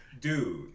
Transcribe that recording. Dude